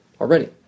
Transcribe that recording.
already